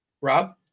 Rob